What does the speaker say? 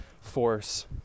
force